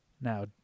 now